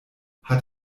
hat